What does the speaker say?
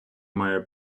має